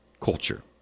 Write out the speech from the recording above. culture